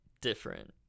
different